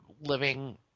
living